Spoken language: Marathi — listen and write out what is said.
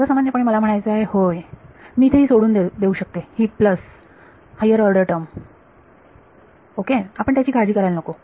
सर्वसामान्यपणे मला म्हणायचे आहे होय मी इथे ही सोडून देऊ शकते ही plus higher order term okay आपण त्याची काळजी करायला नको